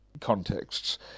contexts